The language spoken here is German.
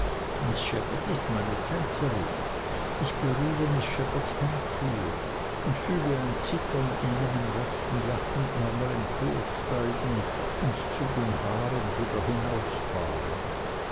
shepherd ist meine tänzerin ich berühre miß shepherds handschuhe und fühle ein zittern in meinem rechten jackenärmel emporsteigen und zu den haaren wieder